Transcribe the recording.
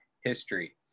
history